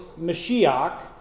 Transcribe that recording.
Mashiach